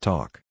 Talk